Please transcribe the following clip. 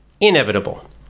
Inevitable